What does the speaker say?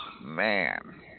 Man